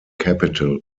capital